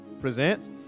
presents